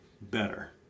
better